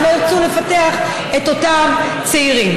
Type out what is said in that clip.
אבל אני רוצה להזכיר דווקא את אמצע המאה